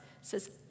says